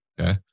Okay